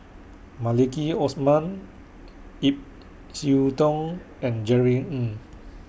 Maliki Osman Ip Yiu Tung and Jerry Ng